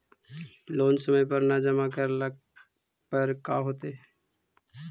Loan समय पर न जमा करला पर का होतइ?